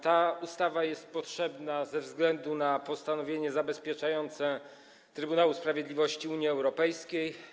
Ta ustawa jest potrzebna ze względu na postanowienie zabezpieczające Trybunału Sprawiedliwości Unii Europejskiej.